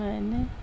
میں نے